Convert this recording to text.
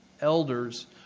elders